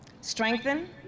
strengthen